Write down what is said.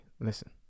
listen